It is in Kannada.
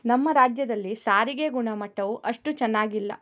ನಮ್ಮ ರಾಜ್ಯದಲ್ಲಿ ಸಾರಿಗೆ ಗುಣಮಟ್ಟವು ಅಷ್ಟು ಚೆನ್ನಾಗಿಲ್ಲ